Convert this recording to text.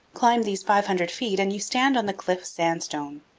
climb these five hundred feet and you stand on the cliff sandstone.